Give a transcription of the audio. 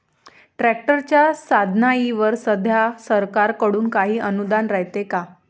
ट्रॅक्टरच्या साधनाईवर सध्या सरकार कडून काही अनुदान रायते का?